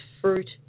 fruit